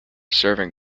serving